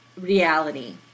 reality